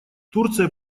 турция